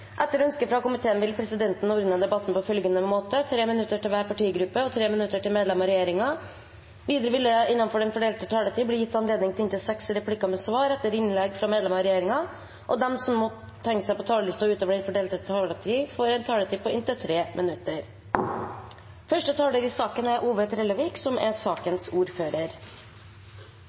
Etter ønske fra kommunal- og forvaltningskomiteen vil presidenten ordne debatten på følgende måte: 3 minutter til hver partigruppe og 3 minutter til medlemmer av regjeringen. Videre vil det – innenfor den fordelte taletid – bli gitt anledning til inntil seks replikker med svar etter innlegg fra medlemmer av regjeringen, og de som måtte tegne seg på talerlisten utover den fordelte taletid, får også en taletid på inntil 3 minutter. Saken gjelder endringer i